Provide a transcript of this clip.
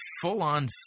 full-on